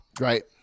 Right